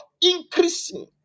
increasing